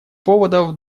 поводов